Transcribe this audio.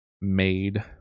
made